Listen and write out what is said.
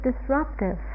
disruptive